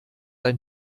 ein